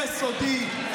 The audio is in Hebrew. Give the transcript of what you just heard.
יסודי,